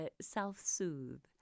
self-soothe